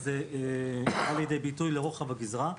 זה בא לידי ביטוי לרוחב הגזרה.